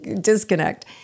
disconnect